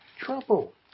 trouble